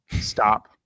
Stop